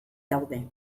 daude